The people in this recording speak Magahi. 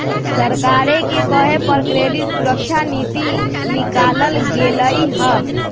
सरकारे के कहे पर क्रेडिट सुरक्षा नीति निकालल गेलई ह